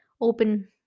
open